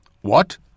What